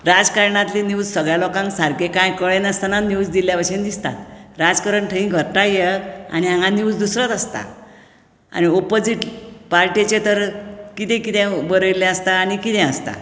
राजकारणांतली news सगळ्यां लोकांक सारकी कांय कळनासतना न्यूज दिल्ल्या बशेन दिसता राजकारण थंय घडटा एक आनी हांगा न्यूज दुसरोच आसता आनी ओपोजिट पार्टींचे तर कितें कितें बरयल्लें आसता आनी कितें आसता